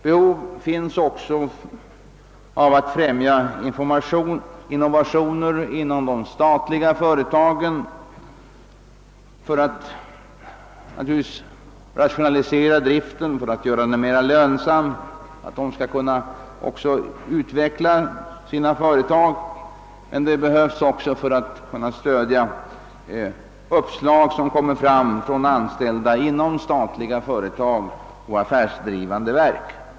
Behov föreligger också att främja innovationer inom de statliga fö retagen för att man skall kunna rationalisera produktionen, göra den mera lönsam och för att man också skall kunna utveckla företagen. Man bör också kunna stödja uppslag som kommer fram från anställda inom statliga företag och affärsdrivande verk.